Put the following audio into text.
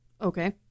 Okay